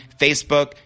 Facebook